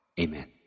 Amen